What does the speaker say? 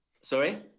Sorry